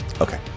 Okay